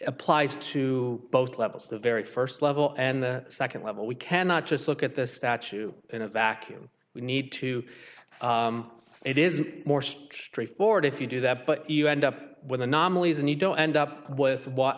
applies to both levels the very first level and the second level we cannot just look at the statue in a vacuum we need to it is more straightforward if you do that but you end up with anomalies and you don't end up with what